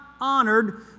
honored